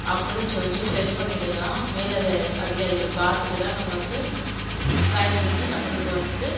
அப்படினு சொல்லிட்டு செக் பண்ணிகிட்டு தான் மேல் அதி அதிகாரிகள் பார்த்துட்டு தான் நமக்கு சைன் பண்ணி நம்மளுக்கு வந்து